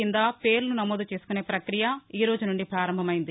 కింద పేర్లు నమోదుచేసుకునే ప్రక్రియ ఈ రోజు నుండి ప్రారంభం అయ్యింది